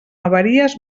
avaries